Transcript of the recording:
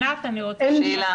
קודם כל